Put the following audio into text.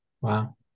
Wow